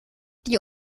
die